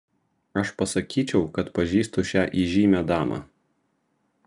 aš pasakyčiau kad pažįstu šią įžymią damą